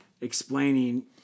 explaining